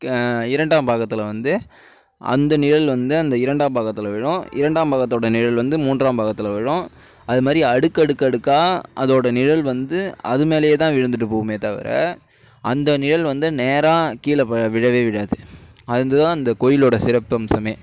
இரண்டாம் பாகத்தில் வந்து அந்த நிழல் வந்து அந்த இரண்டாம் பாகத்தில் விழும் இரண்டாம் பாகத்தோட நிழல் வந்து மூன்றாம் பாகத்தில் விழும் அது மாதிரி அடுக்கு அடுக்கு அடுக்காக அதோட நிழல் வந்து அது மேலேயே தான் விழுந்துவிட்டு போவுமே தவிர அந்த நிழல் வந்து நேராக கீழே வ விழவே விழாது அதுதான் அந்த கோயிலோட சிறப்பம்சமே